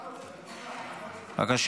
חוק הרשויות המקומיות (ריבית והפרשי הצמדה על תשלומי חובה) (תיקון מס'